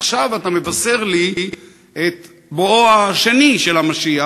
עכשיו אתה מבשר לי את בואו השני של המשיח,